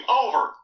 over